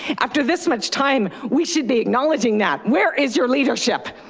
after this much time, we should be acknowledging that. where is your leadership?